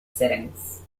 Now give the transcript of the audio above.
settings